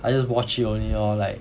I just watch it only lor like